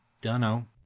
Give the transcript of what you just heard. dunno